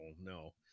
no